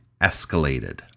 escalated